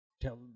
tell